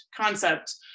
concept